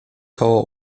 koło